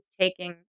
taking